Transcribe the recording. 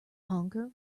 honker